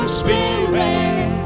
spirit